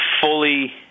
fully